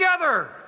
together